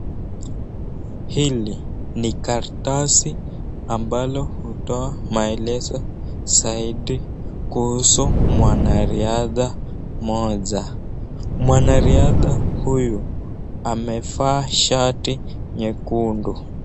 Hili ni karatasi ambalo hutoa maelezo zaidi kuhusu mwanariadha mmoja mwanariadha huyu amevaa shati nyekundu.